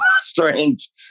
strange